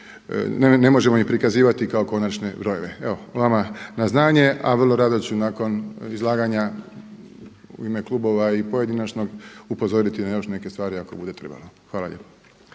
ne možemo ih prikazivati kao konačne brojeve. Evo vama na znanje a vrlo rado ću nakon izlaganja u ime klubova i pojedinačnog upozoriti na još neke stvari ako bude trebalo. Hvala lijepa.